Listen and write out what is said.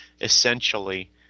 essentially